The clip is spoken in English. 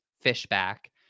Fishback